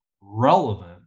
relevant